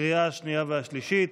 לקריאה השנייה ושלישית.